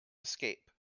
escape